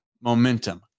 momentum